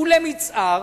ולמצער,